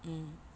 mm